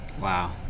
wow